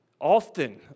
often